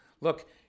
look